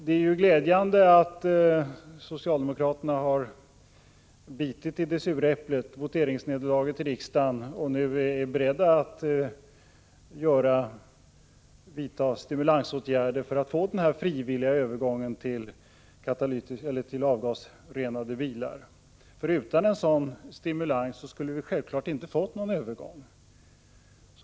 Det är glädjande att socialdemokraterna nu, sedan de måst bita i det sura äpplet genom voteringsnederlaget i riksdagen, är beredda att vidta stimulansåtgärder för att få till stånd den frivilliga övergången till avgasrenade bilar. Utan en sådan stimulans skulle vi självfallet inte kunna få någon sådan övergång.